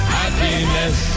happiness